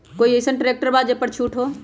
का कोइ अईसन ट्रैक्टर बा जे पर छूट हो?